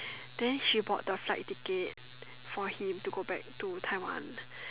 then she bought the flight ticket for him to go back to Taiwan